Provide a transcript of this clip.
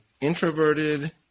introverted